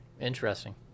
interesting